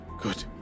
Good